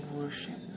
worship